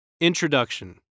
Introduction